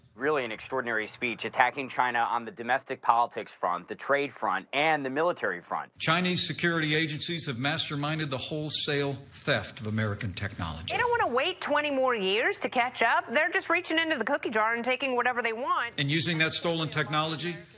really an extraordinary speech, attacking china on the domestic politics front, the trade front, and the military front. chinese security agencies have masterminded the wholesale theft of american technology. they don't want to wait twenty more years to catch up. they're just reaching into the cookie jar and taking whatever they want. and using that stolen technology,